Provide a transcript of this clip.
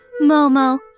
Momo